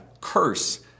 curse